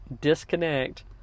disconnect